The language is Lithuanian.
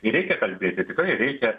ir reikia kalbėti tikrai reikia